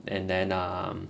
and then um